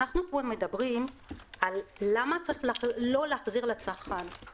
אנחנו מדברים פה על למה צריך לא להחזיר לצרכן את המקדמה שהוא שילם.